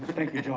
thank you, john.